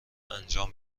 انجام